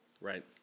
Right